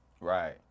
right